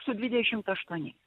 su dvidešimt aštuoniais